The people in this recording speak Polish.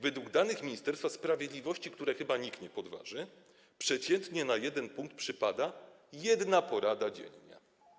Według danych Ministerstwa Sprawiedliwości, których chyba nikt nie podważy, przeciętnie na jeden punkt przypada jedna porada dziennie.